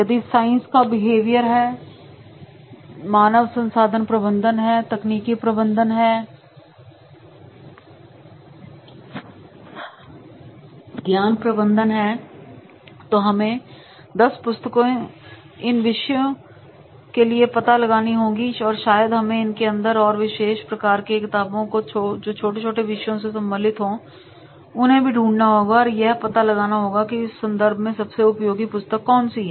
यदि है साइंस का बिहेवियर है मानव संसाधन प्रबंधन है तकनीकी प्रबंधन है ज्ञान प्रबंधन है तो हमें 10 पुस्तकें इन विशेष विषयों के लिए पता लगानी होगी या शायद हमें इनके अंदर और विशेष प्रकार के किताबें जो छोटे छोटे विषयों से सम्मलित हो उनको ढूंढना होगा और यह पता लगाना होगा कि इस संदर्भ में सबसे उपयोगी पुस्तक कौन सी हैं